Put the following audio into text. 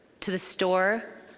to the store,